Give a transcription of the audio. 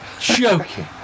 Joking